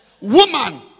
woman